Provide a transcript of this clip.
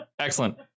Excellent